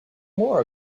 more